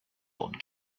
old